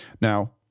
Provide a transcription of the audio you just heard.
Now